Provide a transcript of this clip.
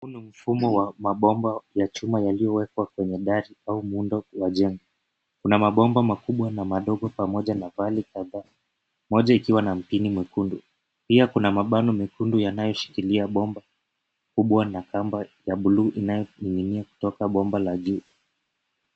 Huu ni mfumo wa mabomba ya chuma yaliyowekwa kwenye dari au muundo ya majengo. Kuna mabomba makubwa na madogo pamoja na vali kadhaa, moja ikiwa na mpini mwekundu. Pia kuna mabano mekundu yanayoshikilia bomba kubwa na kamba ya buluu inayoning'inia kutoka bomba la juu.